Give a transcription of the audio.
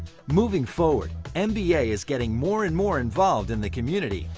moving forward, and mba is getting more and more involved in the community,